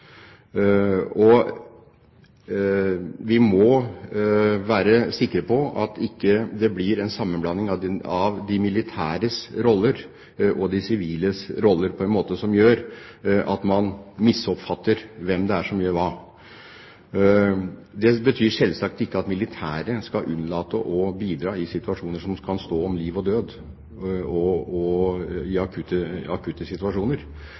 Vi må være sikre på at det ikke blir en sammenblanding av de militæres roller og de siviles roller på en måte som gjør at man misoppfatter hvem det er som gjør hva. Det betyr selvsagt ikke at militære skal unnlate å bidra i situasjoner hvor det kan stå om liv og død, og i akutte situasjoner,